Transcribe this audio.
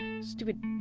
Stupid